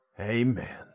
amen